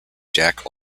jack